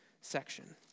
section